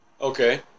Okay